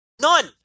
None